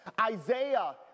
Isaiah